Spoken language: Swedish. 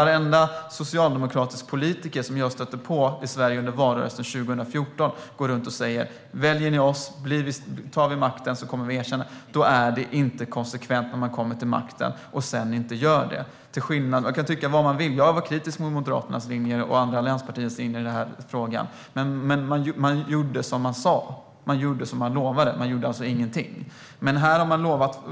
Varenda socialdemokratisk politiker som jag stötte på i Sverige under valrörelsen 2014 gick runt och sa: Väljer ni oss och vi tar makten kommer vi att erkänna detta. Då är det inte konsekvent när man sedan kommer till makten och inte gör detta. Jag var kritisk mot Moderaternas och andra allianspartiers linje i denna fråga, men de gjorde som de sa och som de lovade. De gjorde alltså ingenting. Men här har man